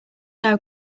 know